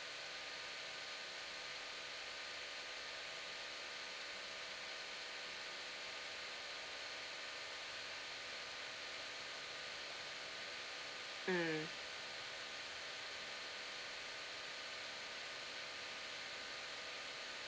mm